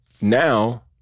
now